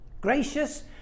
Gracious